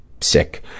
sick